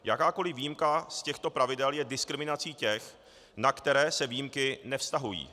Jakákoliv výjimka z těchto pravidel je diskriminací těch, na které se výjimky nevztahují.